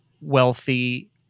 wealthy